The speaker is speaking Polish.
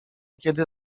kiedy